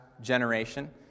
generation